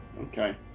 Okay